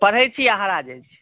पढ़ै छी आ हरा जाइ छी